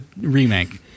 remake